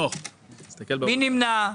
מי נמנע?